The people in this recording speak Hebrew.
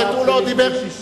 להתחיל לפני 60,